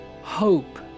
hope